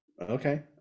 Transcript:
Okay